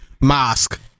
Mask